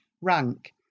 rank